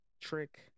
trick